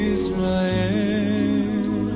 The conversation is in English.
Israel